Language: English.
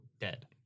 dead